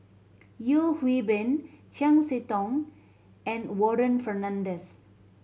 Yeo Hwee Bin Chiam See Tong and Warren Fernandez